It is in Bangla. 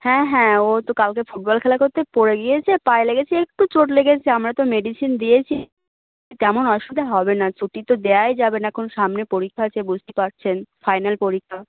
হ্যাঁ হ্যাঁ ও তো কালকে ফুটবল খেলা করতে পড়ে গিয়েছে পায়ে লেগেছে একটু চোট লেগেছে আমরা তো মেডিসিন দিয়েছি তেমন অসুবিধা হবে না ছুটি তো দেওয়াই যাবে না এখন সামনে পরীক্ষা আছে বুঝতেই পারছেন ফাইনাল পরীক্ষা